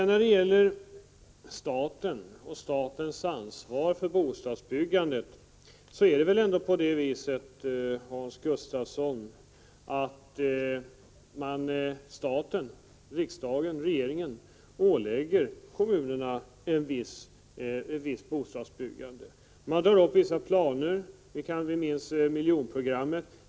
När det gäller staten och statens ansvar för bostadsbyggandet är det väl ändå på det viset, Hans Gustafsson, att staten — riksdag och regering — ålägger kommunerna att åstadkomma ett visst bostadsbyggande. Man drar upp vissa planer. Vi minns t.ex. miljonprogrammet.